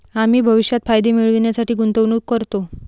आम्ही भविष्यात फायदे मिळविण्यासाठी गुंतवणूक करतो